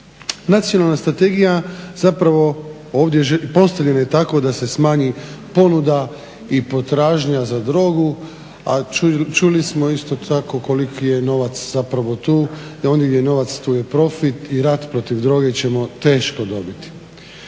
Nacionalna strategija zapravo ovdje je postavljana tako da se smanji ponuda i potražnja za drogu, a čuli smo isto tako koliki je novac zapravo tu. A gdje je novac tu je i profit i rat protiv droge ćemo teško dobiti.